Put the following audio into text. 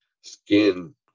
skin